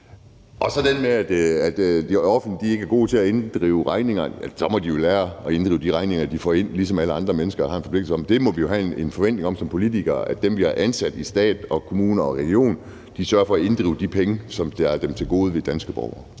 er der den med, at det offentlige ikke er gode til at inddrive penge. De må så lære at inddrive de penge, de har til gode, ligesom alle andre mennesker har en forpligtelse til. Vi må jo som politikere have en forventning om, at dem, vi har ansat i stat og kommuner og regioner, sørger for at inddrive de penge, som de har til gode hos danske borgere.